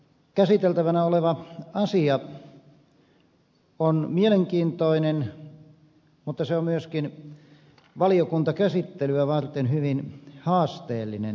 käsiteltävänä oleva asia on mielenkiintoinen mutta se on myöskin valiokuntakäsittelyä varten hyvin haasteellinen